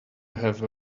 have